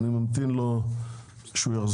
אני ממתין שהוא יחזור.